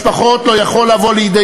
אבל האבל של המשפחות לא יכול לבוא לידי